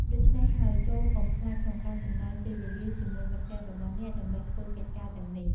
ដូច្នេះហើយ ចូរកុំខ្លាចក្នុងការចំណាយពេលវេលាជាមួយមិត្តភក្តិរបស់អ្នកដើម្បីធ្វើកិច្ចការទាំងនេះ។